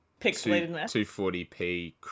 240p